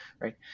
Right